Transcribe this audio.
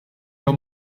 jew